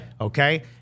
Okay